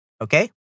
Okay